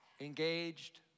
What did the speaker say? engaged